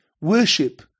worship